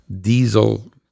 diesel